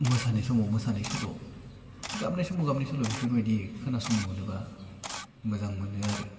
मोसानाय समाव मोसानाय सल' गाबनाय समाव गाबनाय सल' बेफोरबायदि खोनासंनो मोनोब्ला मोजां मोनो आरो